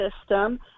system